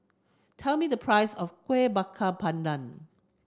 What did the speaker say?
tell me the price of Kuih Bakar Pandan